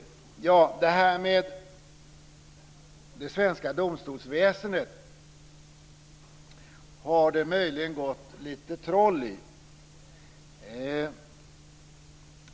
Det här med det svenska domstolsväsendet har det möjligen gått lite troll i.